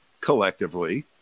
collectively